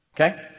Okay